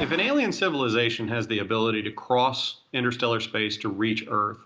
if an alien civilization has the ability to cross interstellar space to reach earth,